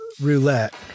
roulette